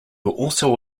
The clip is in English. also